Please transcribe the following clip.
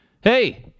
Hey